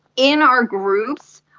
in our groups,